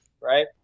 right